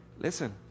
Listen